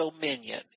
dominion